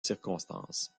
circonstances